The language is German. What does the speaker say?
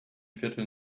viertel